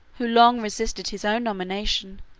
who long resisted his own nomination,